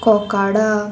कोकाडा